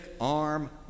arm